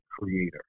creator